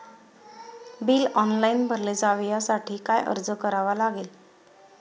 Bill online भरले जावे यासाठी काय अर्ज करावा लागेल?